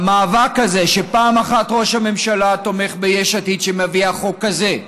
המאבק הזה שפעם אחת ראש הממשלה תומך ביש עתיד שמביאה חוק כזה,